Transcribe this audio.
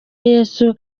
yesu